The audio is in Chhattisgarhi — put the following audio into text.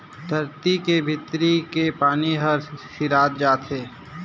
धरती के भीतरी के पानी हर सिरात जात हे